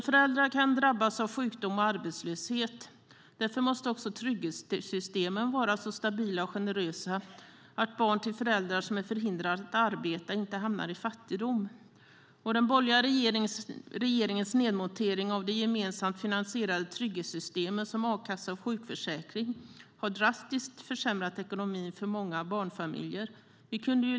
Föräldrar kan drabbas av sjukdom och arbetslöshet, och därför måste också trygghetssystemen vara så stabila och generösa att barn till föräldrar som är förhindrade att arbeta inte hamnar i fattigdom. Den borgerliga regeringens nedmontering av de gemensamt finansierade trygghetssystemen som a-kassa och sjukförsäkring har drastiskt försämrat ekonomin för många barnfamiljer.